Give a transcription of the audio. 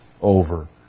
over